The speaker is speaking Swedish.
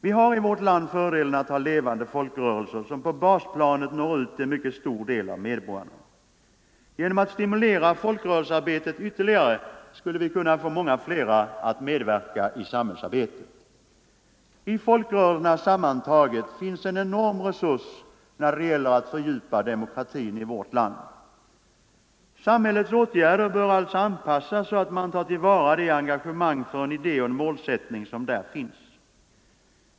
Vi har i vårt land fördelen av att ha levande folkrörelser som på basplanet når ut till en mycket stor del av medborgarna. Genom att stimulera folkrörelsearbetet ytterligare skulle vi kunna få många flera att medverka i samhällsarbetet. I folkrörelserna sammantaget finns en enorm resurs när det gäller att fördjupa demokratin i vårt land. Samhällets åtgärder bör alltså anpassas så att man tar till vara det engagemang för en idé och en målsättning som där finns.